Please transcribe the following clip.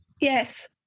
yes